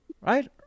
right